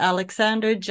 Alexander